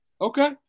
Okay